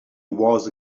was